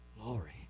Glory